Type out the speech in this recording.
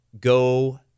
go